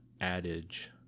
adage